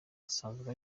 asanzwe